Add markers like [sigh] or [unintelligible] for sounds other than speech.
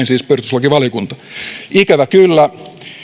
[unintelligible] siis perustuslakivaliokunta ikävä kyllä